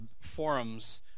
forums